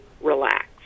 relax